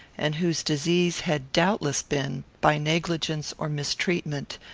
and whose disease had doubtless been, by negligence or mistreatment,